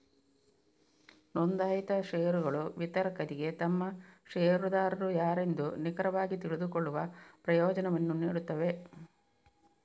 ನೋಂದಾಯಿತ ಷೇರುಗಳು ವಿತರಕರಿಗೆ ತಮ್ಮ ಷೇರುದಾರರು ಯಾರೆಂದು ನಿಖರವಾಗಿ ತಿಳಿದುಕೊಳ್ಳುವ ಪ್ರಯೋಜನವನ್ನು ನೀಡುತ್ತವೆ